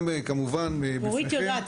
גם כמובן בפניכם --- אורית יודעת,